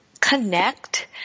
connect